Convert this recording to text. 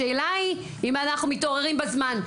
השאלה היא, האם אנחנו מתעוררים בזמן?